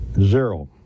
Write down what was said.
Zero